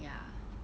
ya